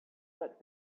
but